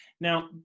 Now